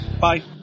Bye